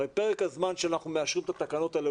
הרי פרק הזמן שאנחנו מאשרים את התקנות האלה,